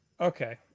Okay